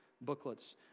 booklets